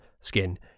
skin